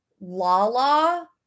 Lala